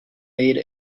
made